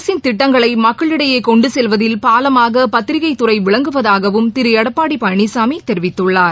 அரசின் திட்டங்களை மக்களிடையே கொண்டு செல்வதில் பாலமாக பத்திரிகை துறை விளங்குவதாகவும் திரு எடப்பாடி பழனிசாமி தெரிவித்துள்ளார்